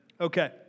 Okay